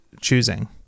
choosing